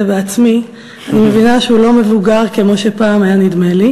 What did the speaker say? בעצמי אני מבינה שהוא לא מבוגר כמו שפעם היה נדמה לי,